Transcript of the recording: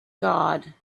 god